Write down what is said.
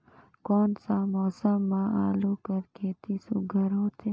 कोन सा मौसम म आलू कर खेती सुघ्घर होथे?